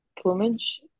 plumage